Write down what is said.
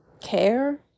care